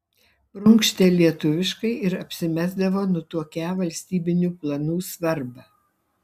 prunkštė lietuviškai ir apsimesdavo nutuokią valstybinių planų svarbą